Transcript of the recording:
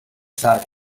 sarri